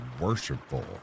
worshipful